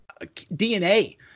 DNA